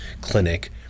clinic